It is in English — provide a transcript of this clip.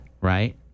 right